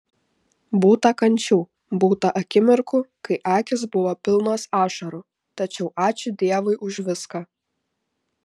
būta kančių būta akimirkų kai akys buvo pilnos ašarų tačiau ačiū dievui už viską